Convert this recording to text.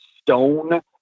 stone